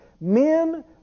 men